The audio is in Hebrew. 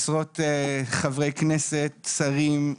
עשרות חברי כנסת, שרים,